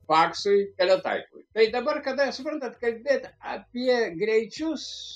faksui teletaipui tai dabar kada suprantat kalbėt apie greičius